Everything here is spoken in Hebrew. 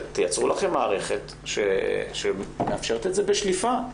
תייצרו לכם מערכת שמאפשרת את זה בשליפה.